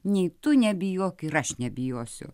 nei tu nebijok ir aš nebijosiu